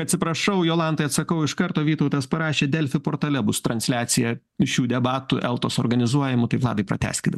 atsiprašau jolantai atsakau iš karto vytautas parašė delfi portale bus transliacija šių debatų eltos organizuojamų tai vladai pratęskit